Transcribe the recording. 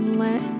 let